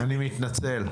אני מתנצל.